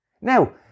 Now